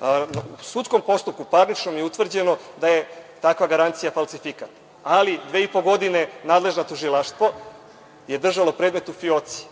U sudskom postupku, parničnom, je utvrđeno da je takva garancija falsifikat, ali dve i po godine nadležno tužilaštvo je držalo predmet u fioci,